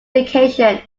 vacation